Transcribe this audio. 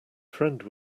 friend